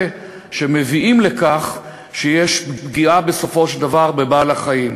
שמביאים לכך שיש פגיעה בסופו של דבר בבעל-החיים,